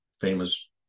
famous